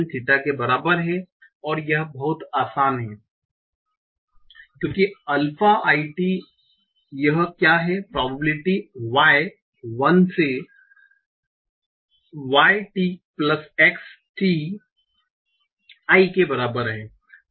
theta के बराबर है और यह बहुत आसान है क्योंकि अल्फा i t यह क्या है प्रोबेबिलिटी y 1 से y tx t i के बराबर है